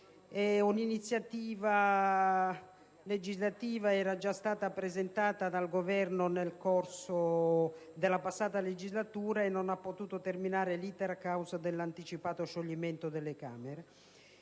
Una iniziativa legislativa era già stata presentata dal Governo nel corso della passata legislatura e non ha potuto terminare l'*iter* a causa dell'anticipato scioglimento delle Camere.